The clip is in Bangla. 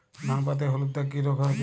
ধান পাতায় হলুদ দাগ কি রোগ বোঝায়?